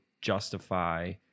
justify